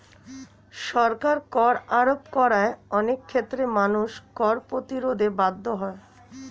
সরকার কর আরোপ করায় অনেক ক্ষেত্রে মানুষ কর প্রতিরোধে বাধ্য হয়